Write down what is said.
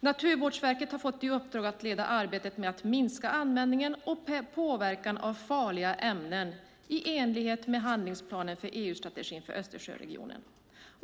Naturvårdsverket har fått i uppdrag att leda arbetet med att minska användningen och påverkan av farliga ämnen i enlighet med handlingsplanen för EU-strategin för Östersjöregionen.